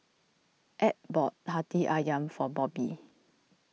Ab bought Hati Ayam for Bobby